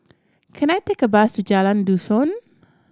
can I take a bus to Jalan Dusun